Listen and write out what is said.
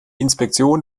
inspektion